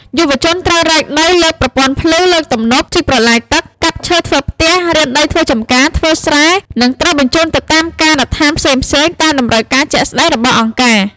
យុវជនត្រូវរែកដី លើកប្រព័ន្ធភ្លឺ លើកទំនប់ ជីកប្រឡាយទឹក កាប់ឈើធ្វើផ្ទះ រានដីធ្វើចម្ការ ធ្វើស្រែ និងត្រូវបញ្ជូនទៅតាមការដ្ឋានផ្សេងៗតាមតម្រូវការដាក់ស្ដែងរបស់អង្គការ។